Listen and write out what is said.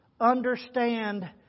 Understand